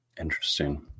Interesting